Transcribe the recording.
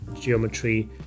geometry